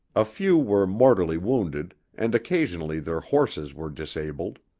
a few were mortally wounded, and occasionally their horses were disabled.